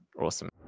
awesome